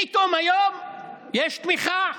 פתאום היום יש תמיכה,